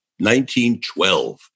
1912